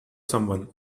someone